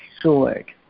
sword